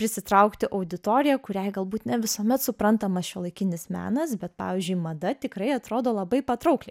prisitraukti auditoriją kuriai galbūt ne visuomet suprantamas šiuolaikinis menas bet pavyzdžiui mada tikrai atrodo labai patraukliai